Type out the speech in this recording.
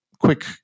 Quick